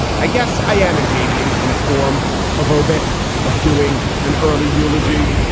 i guess i am engaging in a form of obit of doing an early eulogy.